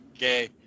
Okay